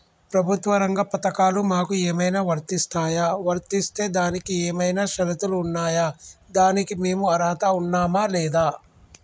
ప్రభుత్వ రంగ పథకాలు మాకు ఏమైనా వర్తిస్తాయా? వర్తిస్తే దానికి ఏమైనా షరతులు ఉన్నాయా? దానికి మేము అర్హత ఉన్నామా లేదా?